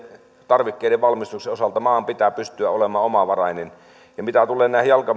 tarvikkeiden valmistuksen osalta maan pitää pystyä olemaan omavarainen ja mitä tulee näihin